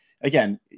again